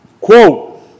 Quote